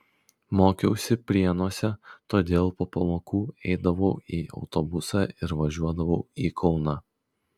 mokiausi prienuose todėl po pamokų eidavau į autobusą ir važiuodavau į kauną